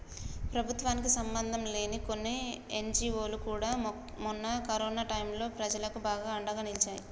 ప్రభుత్వానికి సంబంధంలేని కొన్ని ఎన్జీవోలు కూడా మొన్న కరోనా టైంలో ప్రజలకు బాగా అండగా నిలిచాయి